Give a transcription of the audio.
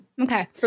Okay